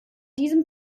diesem